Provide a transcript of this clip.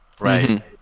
Right